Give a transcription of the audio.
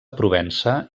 provença